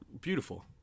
Beautiful